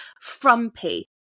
frumpy